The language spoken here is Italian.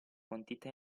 quantità